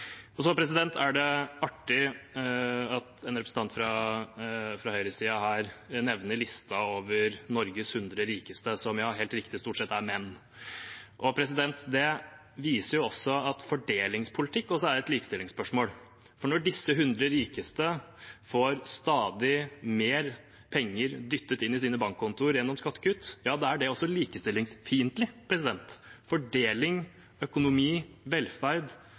Så er det artig at en representant fra høyresiden her nevner listen over Norges 100 rikeste, som – helt riktig – stort sett er menn. Det viser jo at fordelingspolitikk også er et likestillingsspørsmål, for når disse 100 rikeste får stadig mer penger dyttet inn i sine bankkontoer gjennom skattekutt, er det også likestillingsfiendtlig. Fordeling, økonomi, velferd